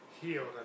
healed